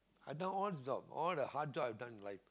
i done all the job all the hard job I've done in life